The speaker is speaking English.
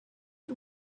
but